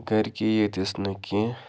گَرِکی یٲتۍ ٲسۍ نہٕ کیٚنٛہہ